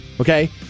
Okay